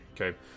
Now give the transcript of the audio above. Okay